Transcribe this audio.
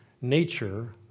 nature